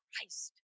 Christ